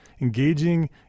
engaging